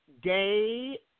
day